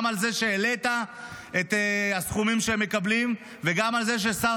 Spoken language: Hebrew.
גם על זה שהעלית את הסכומים שהם מקבלים וגם על זה שכל